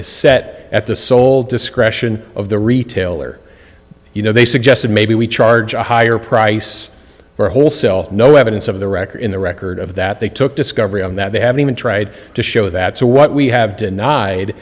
is set at the sole discretion of the retailer you know they suggested maybe we charge a higher price for a whole cell no evidence of the record in the record of that they took discovery on that they haven't even tried to show that so what we have denied